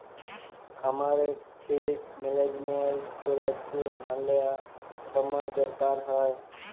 খামারের ঠিক ম্যালেজমেল্ট ক্যইরতে ম্যালা ছময় দরকার হ্যয়